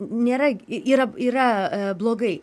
nėra yra yra blogai